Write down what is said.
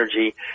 energy